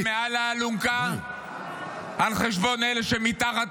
-- עם אלה שמעל האלונקה על חשבון אלה שמתחת